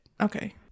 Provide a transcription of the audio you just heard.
okay